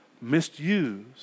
misused